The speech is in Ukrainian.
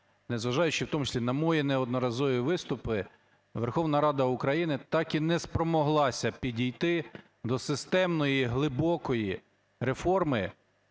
незважаючи в тому числі і на мої неодноразові виступи, Верховна Рада України так і не спромоглася підійти до системної, глибокої реформи